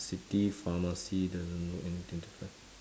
city pharmacy doesn't know anything